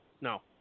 No